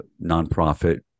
nonprofit